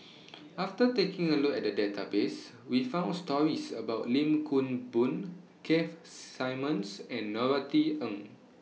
after taking A Look At The Database We found stories about Lim Kim Boon Keith Simmons and Norothy Ng